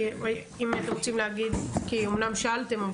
אמנם שאלתם,